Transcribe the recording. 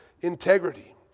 integrity